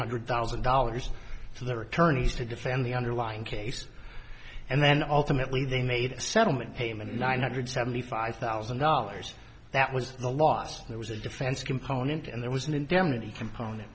hundred thousand dollars for their attorneys to defend the underlying case and then ultimately they made a settlement payment nine hundred seventy five thousand dollars that was the last there was a defense component and there was an indemnity component